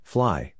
Fly